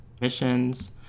missions